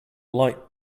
light